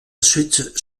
suite